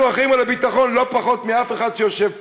אנחנו אחראים לביטחון לא פחות מכל אחד שיושב פה.